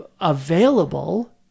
available